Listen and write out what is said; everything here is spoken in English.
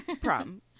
prom